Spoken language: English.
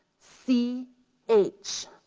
c h.